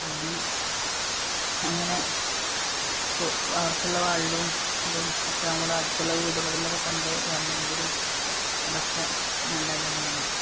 പിന്നെ അങ്ങനെ അവര്ക്കുള്ള വെള്ളവും ഇതും ഒക്കെ നമ്മള് അടുത്തുള്ള വീടുകളില്നിന്നൊക്കെ കൊണ്ടുവരണമെങ്കിലും അതൊക്കെ നല്ലതുതന്നെയാണ്